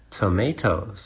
Tomatoes